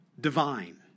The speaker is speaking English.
divine